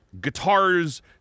guitars